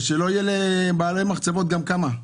ושלא יהיה לבעלי מחצבות גם כמה.